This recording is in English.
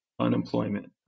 unemployment